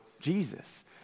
Jesus